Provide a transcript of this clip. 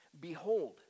behold